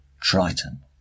Triton